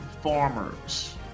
farmers